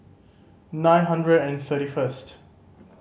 nine hundred and thirty first